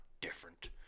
different